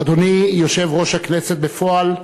אדוני, יושב-ראש הכנסת בפועל,